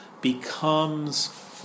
becomes